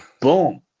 Boom